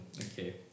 okay